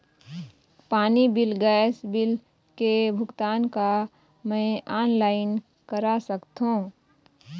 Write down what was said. पानी bill gas bill के भुगतान का मैं ऑनलाइन करा सकथों?